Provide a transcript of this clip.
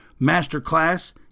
masterclass